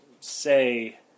say